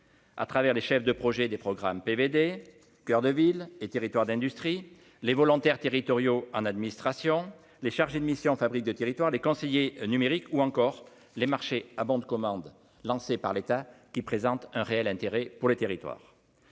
à travers les chefs de projets, des programmes PVD coeurs de villes et territoires d'industrie, les volontaires territoriaux en administration, les chargés de mission fabrique de territoire, les conseillers numérique ou encore les marchés ah bon de commande lancée par l'État, qui présentent un réel intérêt pour le territoire,